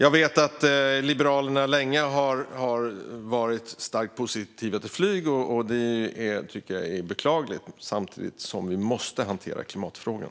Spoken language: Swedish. Jag vet att Liberalerna länge har varit starkt positiva till flyg, och det tycker jag är beklagligt. Vi måste ju hantera klimatfrågan.